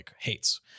hates